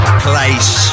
place